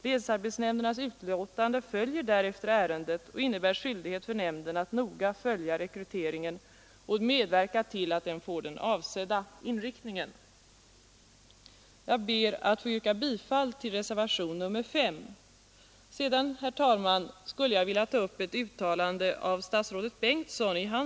Länsarbetsnämndernas utlåtande följer därefter ärendet och innebär skyldighet för nämnden att noga följa rekryteringen och medverka till att den får den avsedda inriktningen. Jag ber att få yrka bifall till reservationen 5. Sedan, herr talman, skulle jag vilja ta upp ett uttalande som statsrådet Bengtsson gjorde.